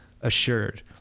assured